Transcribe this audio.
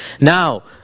Now